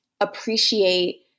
appreciate